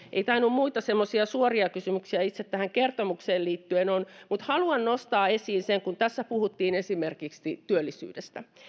ei tainnut nousta esiin muita suoria kysymyksiä itse tähän kertomukseen liittyen mutta haluan nostaa sen kun täällä puhuttiin esimerkiksi työllisyydestä